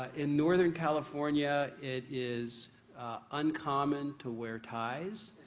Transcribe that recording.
ah in northern california, it is uncommon to wear ties.